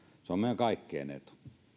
se on meidän kaikkien etu